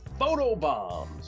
photobombs